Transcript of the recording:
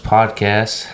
Podcast